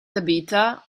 tabitha